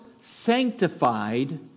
sanctified